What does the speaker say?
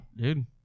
Dude